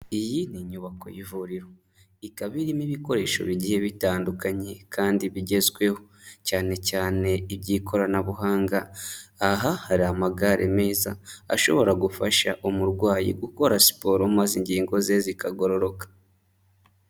Iyi ni inyubako y'ivuriro ikaba iririmo ibikoresho bigiye bitandukanye kandi bigezweho cyane cyane iby'ikoranabuhanga, aha hari amagare meza ashobora gufasha umurwayi gukora siporo maze ingingo ze zikagororoka.